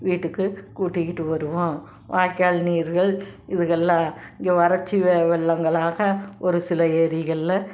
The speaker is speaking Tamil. வீட்டுக்கு கூட்டிக்கிட்டு வருவோம் வாய்க்கால் நீர்கள் இதுகளெலாம் இங்கே வறட்சி வெ வெள்ளங்களாக ஒரு சில ஏரிகளில்